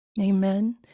Amen